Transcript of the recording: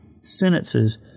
sentences